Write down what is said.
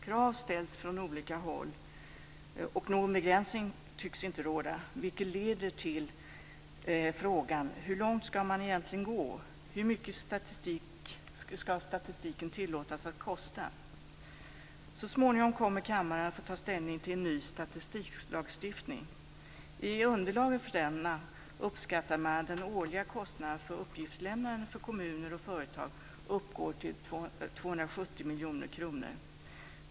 Krav ställs från olika håll, och någon begränsning tycks inte råda, vilket leder till frågan: Hur långt ska man egentligen gå? Hur mycket ska statistiken tillåtas att kosta? Så småningom kommer kammaren att få ta ställning till en ny statistiklagstiftning. I underlaget för denna uppskattade man att den årliga kostnaden för uppgiftslämnandet för kommuner och företag uppgår till 270 miljoner kronor.